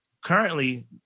currently